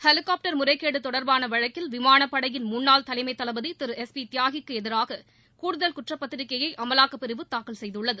helicopter முறைகேடு தொடர்பான வழக்கில் விமானப்படையின் முன்னாள் தலைமை தளபதி திரு எஸ் பி தியாகிக்கு எதிராக கூடுதல குற்றப்பத்திரிகையை அமலாக்கப் பிரிவு தாக்கல் செய்துள்ளது